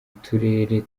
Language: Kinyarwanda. turere